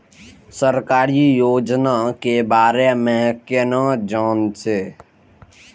सरकारी योजना के बारे में केना जान से?